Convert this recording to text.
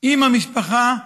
עם המשפחה,